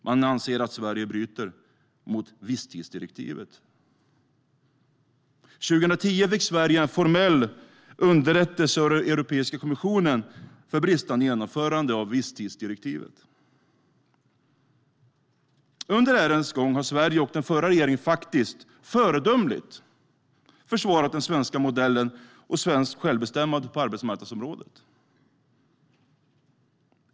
Man anser att Sverige bryter mot visstidsdirektivet. År 2010 fick Sverige en formell underrättelse av EU-kommissionen för bristande genomförande av visstidsdirektivet. Under ärendets gång har Sverige och den förra regeringen faktiskt föredömligt försvarat den svenska modellen och svenskt självbestämmande på arbetsmarknadsområdet.